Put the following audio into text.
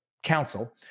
Council